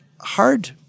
hard